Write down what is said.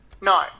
No